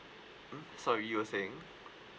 mm sorry you were saying